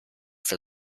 for